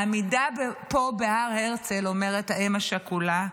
העמידה פה, בהר הרצל, אומרת האם השכולה,